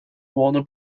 warner